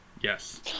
yes